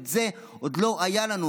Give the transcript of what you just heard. את זה עוד לא היה לנו.